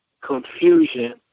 confusion